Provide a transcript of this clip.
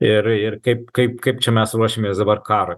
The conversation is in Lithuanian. ir ir kaip kaip kaip čia mes ruošiamės dabar karui